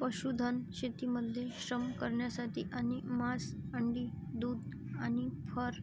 पशुधन शेतीमध्ये श्रम करण्यासाठी आणि मांस, अंडी, दूध आणि फर